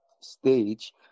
stage